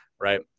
right